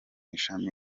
ishami